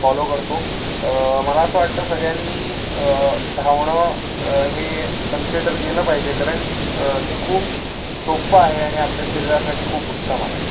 follow करतो मला असं वाटतं सगळ्यांनी धावणं हे कन्सिडर केलं पाहिजे कारण ते खूप सोपं आहे आणि आपल्या शरीरासाठी खूप उत्तम आहे